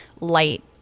light